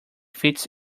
fits